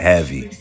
Heavy